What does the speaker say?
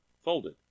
folded